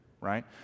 right